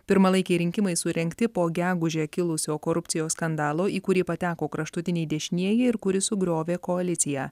pirmalaikiai rinkimai surengti po gegužę kilusio korupcijos skandalo į kurį pateko kraštutiniai dešinieji ir kuris sugriovė koaliciją